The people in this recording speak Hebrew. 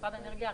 משרד האנרגיה,